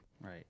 Right